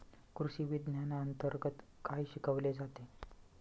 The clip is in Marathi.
कृषीविज्ञानांतर्गत काय शिकवले जाते?